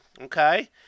Okay